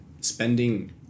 spending